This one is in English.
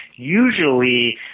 Usually